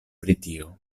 britio